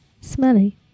smelly